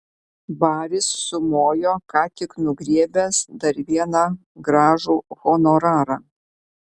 baris sumojo ką tik nugriebęs dar vieną gražų honorarą